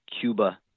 Cuba